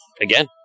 Again